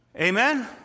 Amen